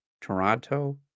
Toronto